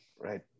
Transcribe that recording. right